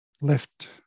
left